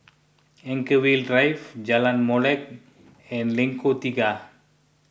Anchorvale Drive Jalan Molek and Lengkok Tiga